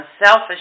unselfish